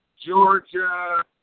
Georgia